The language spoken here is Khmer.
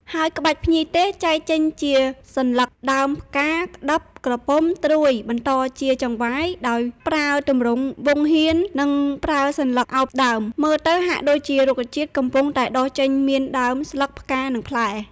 ហើយក្បាច់ភ្ញីទេសចែកចេញជាសន្លឹក ដើម ផ្កា ក្តឹប ក្រពុំ ត្រួយ បន្តជាចង្វាយដោយប្រើទម្រង់វង់ហៀន និងប្រើសន្លឹកឱបដើម មើលទៅហាក់ដូចជារុក្ខជាតិកំពុងតែដុះចេញមានដើម ស្លឹក ផ្កា និងផ្លែ។